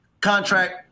contract